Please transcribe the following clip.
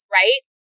right